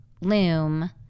Loom